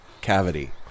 cavity